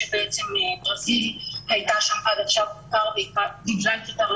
שבעצם ברזיל הייתה שם עד עכשיו בעיקר בגלל קריטריון